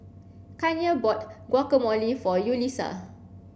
Kanye bought Guacamole for Yulisa